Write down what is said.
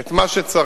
את מה שצריך.